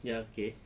ya okay